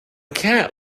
cat